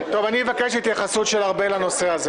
אני מבקש התייחסות של ארבל אסטרחן לנושא הזה,